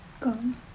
gone